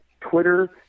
Twitter